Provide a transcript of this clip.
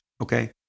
Okay